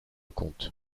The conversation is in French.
compte